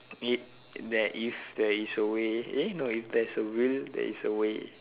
it there if there is a way eh no if there is a will there is a way